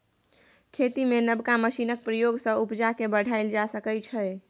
खेती मे नबका मशीनक प्रयोग सँ उपजा केँ बढ़ाएल जा सकै छै